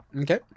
Okay